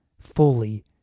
fully